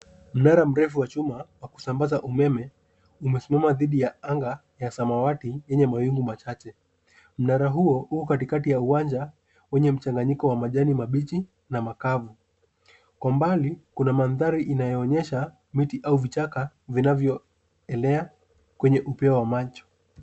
Mnara mrefu wa chuma wa kusambaza umeme umesimama dhidi ya anga ya samawati yenye mawinggu machache. Mnara huo uko katikati ya uwanja wenye mchanganyiko wa majani mabichi na makavu. Kwa mbali kuna mandhari inayoonyesha miti au vichaka vinavyoelea kwenye upeo wa macho.